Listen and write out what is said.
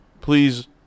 please